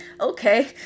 Okay